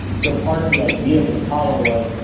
so part of the idea with apollo was,